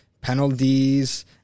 penalties